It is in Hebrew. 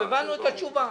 הבנו את התשובה.